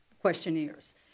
questionnaires